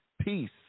peace